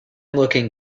looking